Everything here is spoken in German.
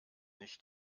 nicht